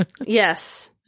Yes